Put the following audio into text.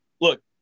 look